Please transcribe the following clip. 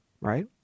right